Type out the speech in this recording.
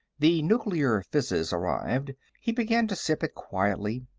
the nuclear fizzes arrived. he began to sip it quietly.